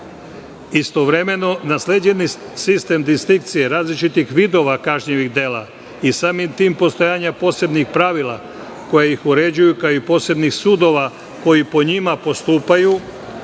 interesa. Istovremeno, nasleđeni sistem distinkcije različitih vidova kažnjivih dela i samim tim postojanja posebnih pravila, koja ih uređuju kao i posebnih sudova koji po njima postupaju,